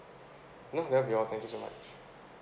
no that'll be all thank you so much